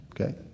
okay